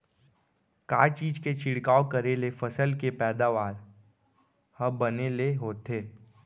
का चीज के छिड़काव करें ले फसल के पैदावार ह बने ले होथे?